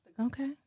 Okay